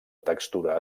textura